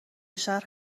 شهر